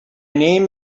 name